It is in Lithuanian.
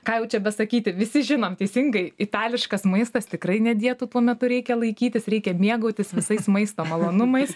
ką jau čia besakyti visi žinom teisingai itališkas maistas tikrai ne dietų tuo metu reikia laikytis reikia mėgautis visais maisto malonumais